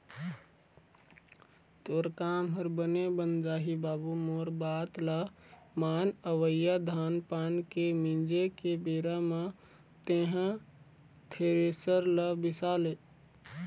तोर काम ह बने बन जाही बाबू मोर बात ल मान अवइया धान पान के मिंजे के बेरा म तेंहा थेरेसर ल बिसा ले